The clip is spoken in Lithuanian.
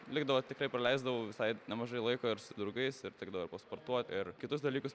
likdavo tikrai praleisdavau visai nemažai laiko ir su draugais ir tekdavo ir pasportuot ir kitus dalykus